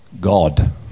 God